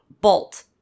bolt